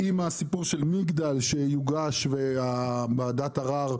עם הסיפור של מגדל שיוגש וגם וועדת ערר,